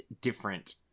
different